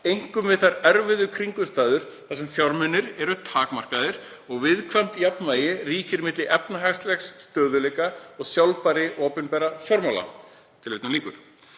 einkum við þær erfiðu kringumstæður þar sem fjármunir eru takmarkaðir og viðkvæmt jafnvægi ríkir milli efnahagslegs stöðugleika og sjálfbærni opinberra fjármála.“ Það er ekki